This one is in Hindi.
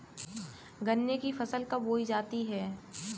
गन्ने की फसल कब बोई जाती है?